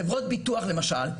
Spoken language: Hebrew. חברות ביטוח למשל,